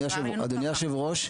היושב-ראש,